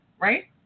right